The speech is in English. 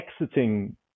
exiting